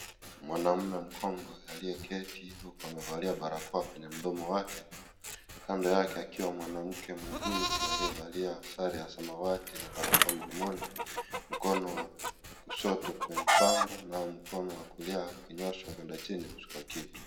Mwanaume mkongwe aliyeketi huku amevalia barakoa kwenye mdomo wake, kando yake akiwa mwanamke muuguzi aliyevalia sare ya samawati na barakoa mdomoni mkono wa shoto kwenye pamba naye mkono wa kulia ukinyoosha kwenda chini kuchukua kitu.